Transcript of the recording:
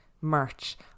merch